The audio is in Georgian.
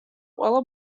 ყველა